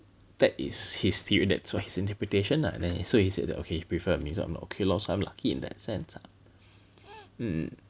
that is his theory that's what his interpretation lah then so he said that okay he preferred me so I'm like okay lor so I'm lucky in that sense lah mm